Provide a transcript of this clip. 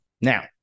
Now